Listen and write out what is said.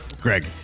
Greg